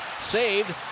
Saved